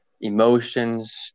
emotions